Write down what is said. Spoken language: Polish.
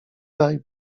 daj